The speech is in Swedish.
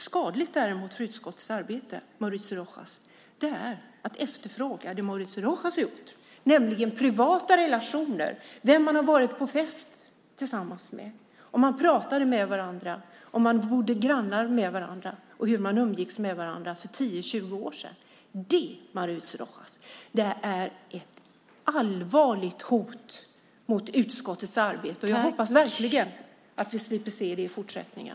Skadligt för utskottets arbete är däremot att efterfråga det Mauricio Rojas har gjort, nämligen privata relationer - vem man har varit på fest tillsammans med, om man pratade med varandra, om man bodde grannar med varandra och om hur man umgicks med varandra för 10-20 år sedan. Det, Mauricio Rojas, är ett allvarligt hot mot utskottets arbete, och jag hoppas verkligen att vi slipper se det i fortsättningen.